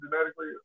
genetically